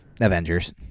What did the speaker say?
Avengers